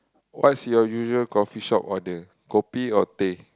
what's your usual coffee shop order kopi or teh